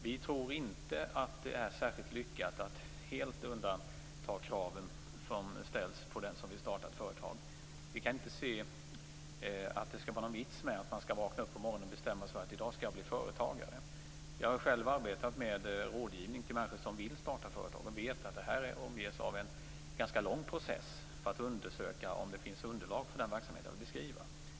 Vi tror inte att det är särskilt lyckat att helt undanta de krav som ställs på den som vill starta ett företag. Vi kan inte se att det skulle vara någon vits med att vakna upp på morgonen för att sedan bestämma sig för att samma dag bli företagare. Jag har själv arbetat med rådgivning till människor som vill starta företag. Jag vet därför att det här omges av en ganska långdragen process när det gäller att undersöka om det finns underlag för verksamheten i fråga.